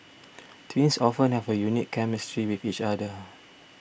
twins often have a unique chemistry with each other